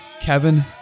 Kevin